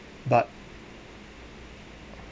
but